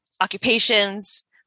occupations